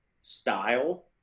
style